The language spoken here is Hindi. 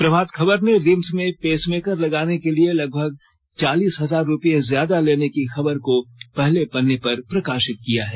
प्रभात खबर ने रिम्स में पेसमेकर लगाने के लिए लगभग चालीस हजार रूपये ज्यादा लेने की खबर को पहले पन्ने पर प्रकाशित किया है